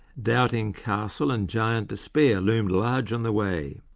doubting castle and giant despair loomed large on the way,